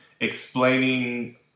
explaining